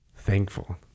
Thankful